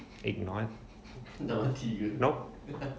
ignored nope